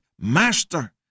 master